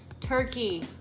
Turkey